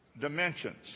dimensions